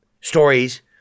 stories